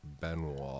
benoit